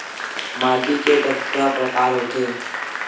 माटी के कतका प्रकार होथे?